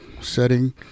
setting